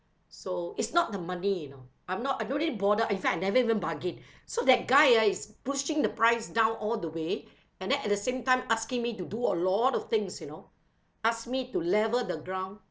so it's not the money you know I'm not I don't even bother in fact I never even bargain so that guy is pushing the price down all the way and then at the same time asking me to do a lot of things you know ask me to level the ground